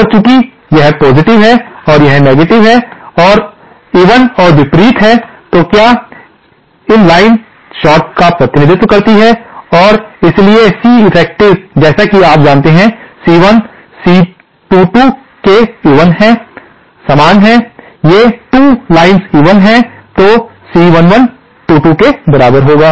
और चूंकि यह पॉजिटिव है और यह नेगेटिव है और मंत्र इवन और विपरीत हैं तो क्या यह लाइन शार्ट का प्रतिनिधित्व करती है और इसलिए C इफेक्टिव जैसा कि आप जानते हैं C11 C22 के इवन है समान ये 2 लाइन्स इवन हैं तो C11 22 के बराबर होगा